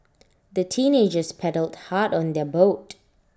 the teenagers paddled hard on their boat